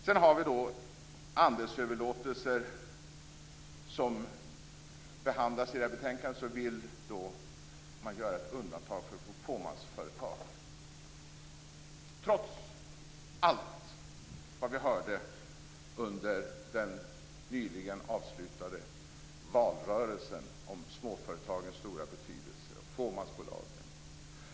Sedan har vi behandlingen av andelsöverlåtelser i det här betänkandet. Där vill man göra ett undantag för fåmansföretag, trots allt vi hörde under den nyligen avslutade valrörelsen om småföretagens och fåmansbolagens stora betydelse.